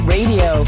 Radio